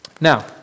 Now